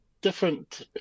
different